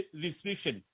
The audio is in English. restriction